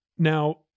Now